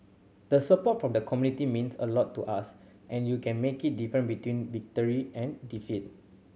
the support from the community means a lot to us and you can make it different between victory and defeat